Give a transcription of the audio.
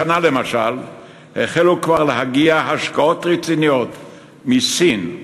השנה, למשל, החלו להגיע השקעות רציניות מסין,